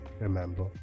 Remember